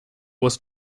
was